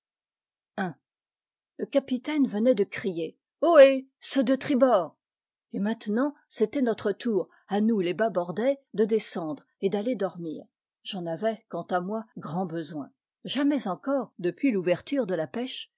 le capitaine venait de crier ohé ceux de tribord et maintenant c'était notre tour à nous les bâbordais de descendre et d'aller dormir j'en avais quant à moi grand besoin jamais encore depuis l'ouverture de la pêche